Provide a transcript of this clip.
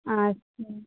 আচ্ছা